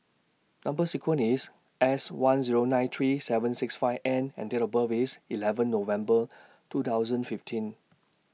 Number sequence IS S one Zero nine three seven six five N and Date of birth IS eleven November two thousand fifteen